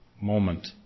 moment